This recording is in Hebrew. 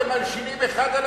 אתם מלשינים אחד על השני.